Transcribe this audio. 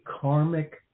karmic